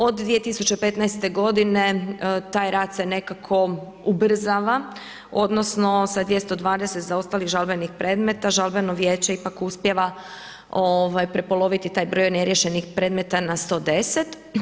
Od 2015. godine taj rad se nekako ubrzava odnosno sa 220 zaostalih žalbenih predmeta, žalbeno vijeće ipak uspijeva prepoloviti taj broj neriješenih predmeta na 110.